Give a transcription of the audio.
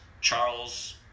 Charles